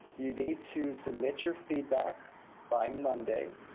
you need to submit your feedback by monday,